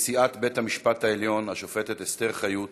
נשיאת בית המשפט העליון השופטת אסתר חיות